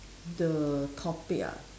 the topic ah